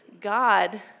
God